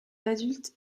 adultes